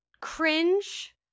cringe